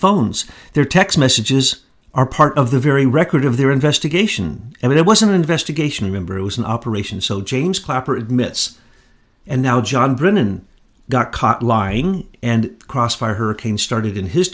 phones their text messages are part of the very record of their investigation and it was an investigation remember it was an operation so james clapper admits and now john brennan got caught lying and crossfire hurricane started in his